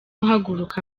uhaguruka